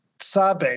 sabe